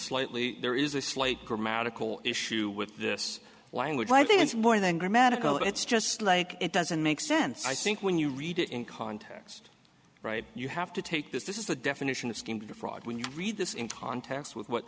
slightly there is a slight grammatical issue with this language i think it's more than grammatical it's just like it doesn't make sense i think when you read it in context right you have to take this is the definition of scheme to defraud when you read this in context with what